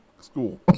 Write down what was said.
school